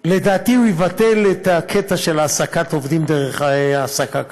לדעתי הוא יבטל את הקטע של העסקת עובדים בהעסקה קבלנית,